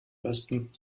besten